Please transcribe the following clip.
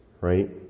Right